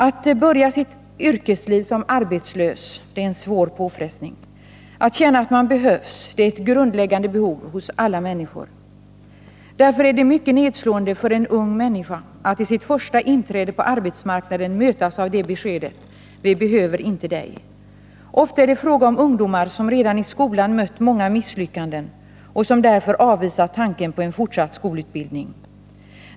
Att börja sitt yrkesliv som arbetslös är en svår påfrestning. Att känna att man behövs är ett grundläggande behov hos alla människor. Därför är det mycket nedslående för en ung människa att i sitt första inträde på arbetsmarknaden mötas av beskedet: Vi behöver inte dig. Ofta är det fråga om ungdomar som redan i skolan mött många misslyckanden och som därför avvisat tanken på en fortsatt skolutbildning.